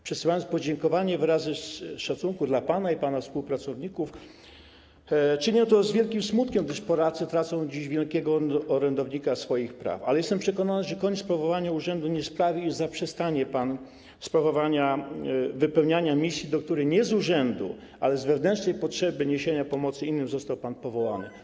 Przesyłając podziękowania i wyrazy szacunku dla pana i pana współpracowników, czynię to z wielkim smutkiem, gdyż Polacy tracą dziś wielkiego orędownika swoich praw, ale jestem przekonany, że koniec sprawowania urzędu nie sprawi, iż zaprzestanie pan wypełniania misji, do której nie z urzędu, ale z wewnętrznej potrzeby niesienia pomocy innym został pan powołany.